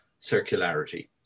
circularity